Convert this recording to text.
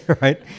right